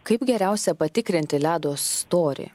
kaip geriausia patikrinti ledo storį